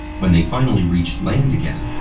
when they finally reached land again,